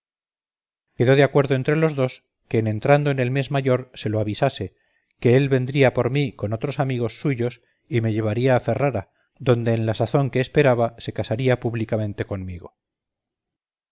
quedó de acuerdo entre los dos que en entrando en el mes mayor se lo avisase que él vendría por mí con otros amigos suyos y me llevaría a ferrara donde en la sazón que esperaba se casaría públicamente conmigo